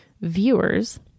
viewers